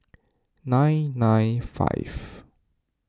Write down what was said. nine nine five